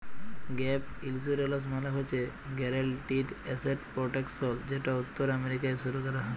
gap insurance মালে হছে guaranteed asset protection যেট উত্তর আমেরিকায় শুরু ক্যরা হ্যয়